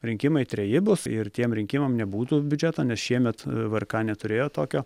rinkimai treji bus ir tiem rinkimam nebūtų biudžeto nes šiemet vrk neturėjo tokio